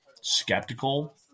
skeptical